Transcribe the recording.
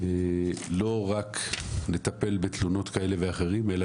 לא רק לטפל בתלונות כאלה ואחרות אלא